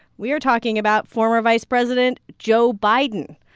we are talking about former vice president joe biden,